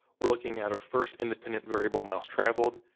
we're looking at our first independent variable, miles traveled,